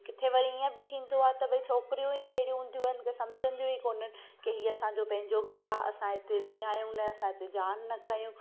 किथे वरी इअं बि थींदो आहे त भई छोकिरियूं ई अहिड़ियूं हूंदियूं आहिनि की सम्झंदियूं ई कोन्हनि की ही असांजो पंहिंजो घरु आहे असां हिते विञायूं न असां हिते जान न कयूं